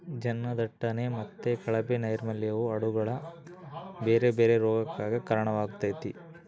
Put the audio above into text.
ಜನದಟ್ಟಣೆ ಮತ್ತೆ ಕಳಪೆ ನೈರ್ಮಲ್ಯವು ಆಡುಗಳ ಬೇರೆ ಬೇರೆ ರೋಗಗಕ್ಕ ಕಾರಣವಾಗ್ತತೆ